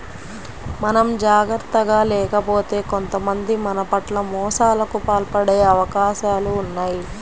మనం జాగర్తగా లేకపోతే కొంతమంది మన పట్ల మోసాలకు పాల్పడే అవకాశాలు ఉన్నయ్